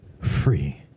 free